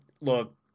look